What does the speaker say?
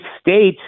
state